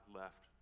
left